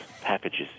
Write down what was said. packages